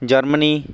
Germany